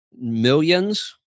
millions